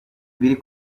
biri